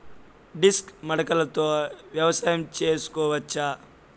Disc మడకలతో వ్యవసాయం చేసుకోవచ్చా??